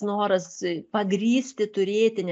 noras pagrįsti turėti ne